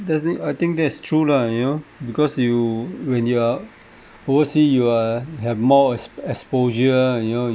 that's it I think that's true lah you know because you when you are overseas you ah have more ex~ exposure you know